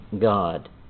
God